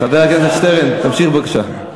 חבר הכנסת שטרן, תמשיך בבקשה.